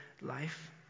life